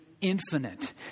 infinite